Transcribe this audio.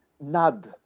Nad